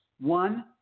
One